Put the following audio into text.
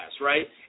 right